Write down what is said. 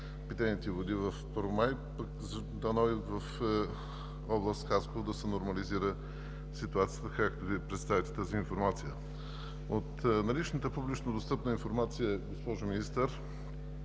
ще бъдат добри, пък дано и в област Хасково да се нормализира ситуацията, както Вие представяте тази информация. От наличната публично достъпна информация, госпожо Министър